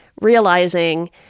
realizing